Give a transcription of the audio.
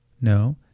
no